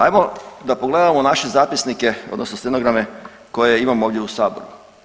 Ajmo da pogledamo naše zapisnike odnosno stenograme koje imamo ovdje u saboru.